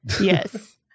Yes